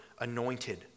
anointed